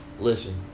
Listen